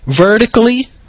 vertically